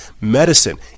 medicine